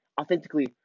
authentically